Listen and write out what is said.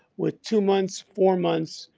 with two months, four months,